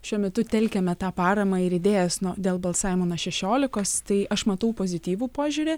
šiuo metu telkiame tą paramą ir idėjas nuo dėl balsavimo nuo šešiolikos tai aš matau pozityvų požiūrį